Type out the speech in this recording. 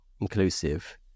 inclusive